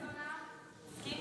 תסכים